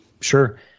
Sure